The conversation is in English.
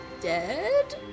dead